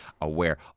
AWARE